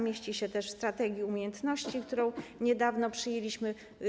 Mieści się to też w strategii umiejętności, którą niedawno przyjęliśmy.